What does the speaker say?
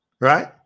right